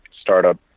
startup